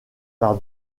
par